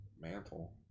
mantle